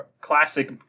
classic